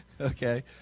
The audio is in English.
Okay